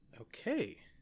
okay